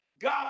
God